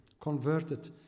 converted